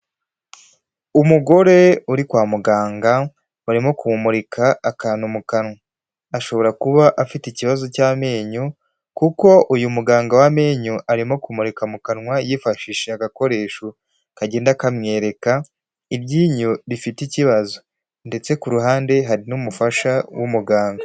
Umugore uri kwa muganga barimo kumumurika akantu mu kanwa, ashobora kuba afite ikibazo cy'amenyo kuko uyu muganga w'amenyo arimo kumurika mu kanwa yifashishije agakoresho kagenda kamwereka iryinyo rifite ikibazo ndetse ku ruhande hari n'umufasha w'umuganga.